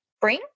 bring